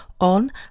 on